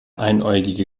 einäugige